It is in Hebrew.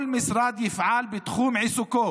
כל משרד יפעל בתחום עיסוקו